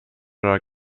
oder